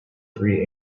three